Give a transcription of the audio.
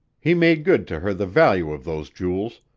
he made good to her the value of those jewels,